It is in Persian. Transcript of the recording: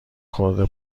خورده